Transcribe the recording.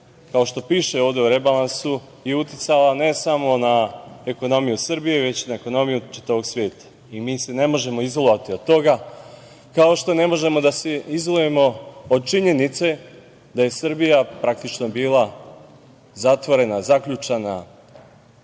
kao što piše ovde u rebalansu, uticala ne samo na ekonomiju Srbije, već i na ekonomiju čitavog sveta. Mi se ne možemo izolovati od toga, kao što ne možemo da se izolujemo od činjenice da je Srbija praktično bila zatvorena, zaključana,